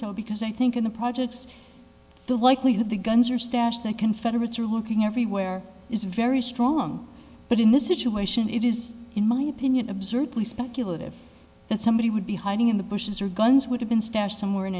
so because i think in the projects the likelihood the guns are stashed that confederates are looking everywhere is very strong but in this situation it is in my opinion absurdly speculative that somebody would be hiding in the bushes or guns would have been stashed somewhere in